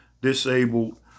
disabled